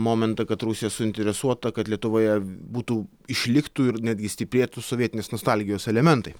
momentą kad rusija suinteresuota kad lietuvoje būtų išliktų ir netgi stiprėtų sovietinės nostalgijos elementai